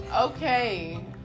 Okay